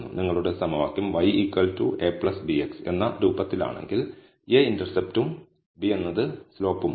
നിങ്ങളുടെ സമവാക്യം y a bx എന്ന രൂപത്തിലാണെങ്കിൽ a ഇന്റർസെപ്റ്റും b എന്നത് സ്ലോപ്പുമാണ്